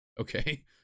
okay